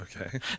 okay